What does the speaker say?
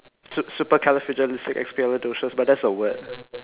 su~ supercalifragilisticexpialidocious but that's a word